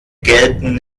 gelten